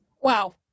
Wow